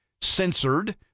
censored